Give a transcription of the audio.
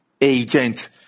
agent